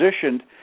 positioned –